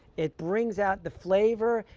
it brings out the flavor.